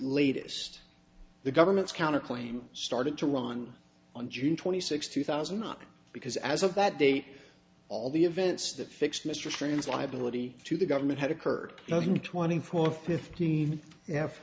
latest the government's counter claim started to run on june twenty sixth two thousand not because as of that date all the events that fixed mr franz liability to the government had occurred twenty four fifteen y